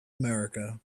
america